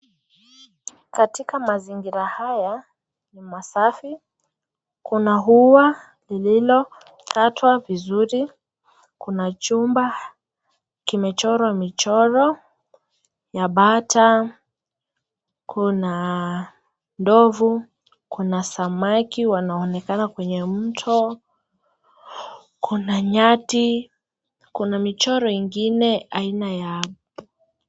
Katika mazingira haya ni masafi, kuna hua lililo katwa vizuri, kuna jumba kimechorwa michoro ya bata, kuna ndovu kuna samaki wanaonekana kwenye mto ,kuna nyati kuna michoro ingine aina ya.